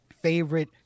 favorite